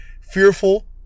fearful